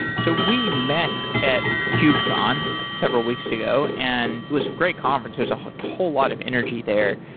so we met at cube-con several weeks ago and it was a great conference. there's a whole whole lot of energy there,